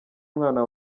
umwana